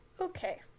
Okay